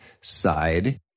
side